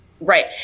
Right